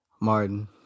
Martin